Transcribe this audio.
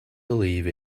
believe